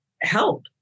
help